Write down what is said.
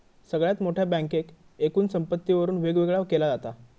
सगळ्यात मोठ्या बँकेक एकूण संपत्तीवरून वेगवेगळा केला जाता